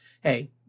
hey